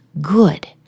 good